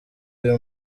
uyu